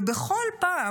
ובכל פעם,